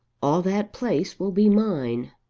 all that place will be mine.